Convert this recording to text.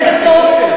לבסוף,